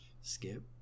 skip